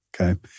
Okay